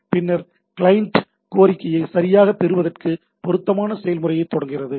பின்னர் கிளையன்ட் கோரிக்கையை சரியாகப் பெறுவதற்கு பொருத்தமான செயல்முறைகளைத் தொடங்குகிறது